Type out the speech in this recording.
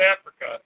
Africa